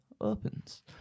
opens